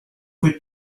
rue